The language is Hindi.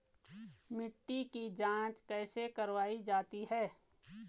मिट्टी की जाँच कैसे करवायी जाती है?